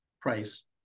price